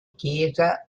chiesa